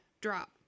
Drop